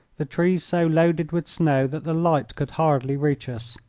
the trees so loaded with snow that the light could hardly reach us.